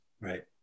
Right